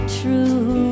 true